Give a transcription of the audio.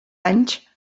anys